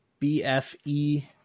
BFE